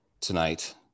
tonight